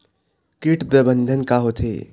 कीट प्रबंधन का होथे?